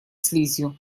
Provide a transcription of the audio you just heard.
слизью